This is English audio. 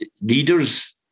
leaders